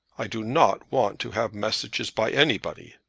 i do not want to have messages by anybody.